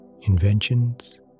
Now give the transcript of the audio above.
inventions